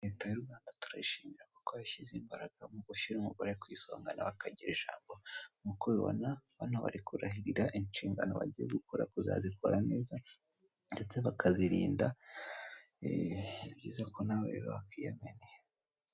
Leta y'u Rwanda turayishimira kuko yashyize imbaraga mu gushyira umugore ku isonga akagira ijambo, nk'uko babona urabona bari kurahira inshingano bagiye gukora kuzazikora neza ndetse bakazirinda, ni byiza ko nawe wakwiyaminiya.